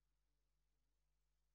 כ"ח בניסן,